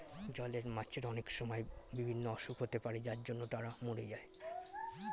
জলের মাছের অনেক সময় বিভিন্ন অসুখ হতে পারে যার জন্য তারা মোরে যায়